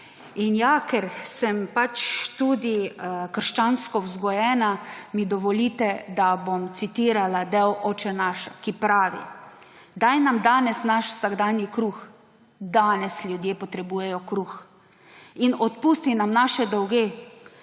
In ja, ker sem pač tudi krščansko vzgojena, mi dovolite, da bom citirala del Očenaša, ki pravi, »Daj nam danes naš vsakdanji kruh« – danes ljudje potrebujejo kruh –»… in odpusti nam naše dolge,